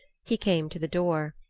he came to the door.